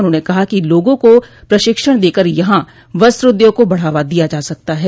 उन्होंने कहा कि लोगों को प्रशिक्षण देकर यहां वस्त्र उद्योग को बढ़ावा दिया जा सकता है